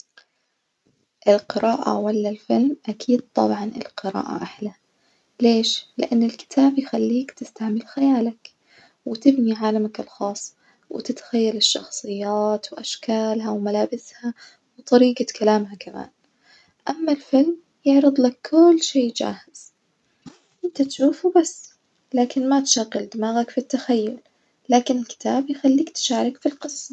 القراءة وألا الفيلم؟ أكيد طبعًا القراءة أحلى، ليش؟ لإن الكتاب بيخليك تستعمل خيالك وتبني عالمك الخاص وتتخيل الأشخاص وأشكالها وملابسها وطريجة كلامها كمان، أما الفيلم يعرضلك كل شي جاهز إنت تشوف وبس لكن ما تشغل دماغك في التخيل، لكن الكتاب يخليك تشارك في القصة.